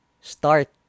start